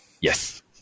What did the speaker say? Yes